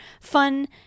fun